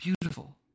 beautiful